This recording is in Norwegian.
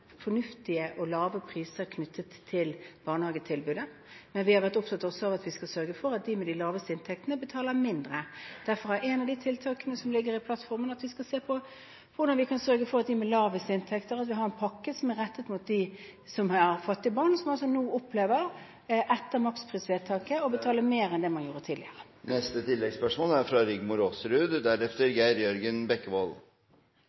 fornuftige og lave priser knyttet til barnehagetilbudet, men vi har også vært opptatt av at vi skal sørge for at de med de laveste inntektene, betaler mindre. Derfor er et av de tiltakene som ligger i plattformen, at vi skal se på hvordan vi kan sørge for at vi har en pakke som er rettet mot fattige familier, som nå etter maksprisvedtaket opplever å betale mer enn det man gjorde tidligere.